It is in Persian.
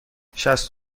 شصت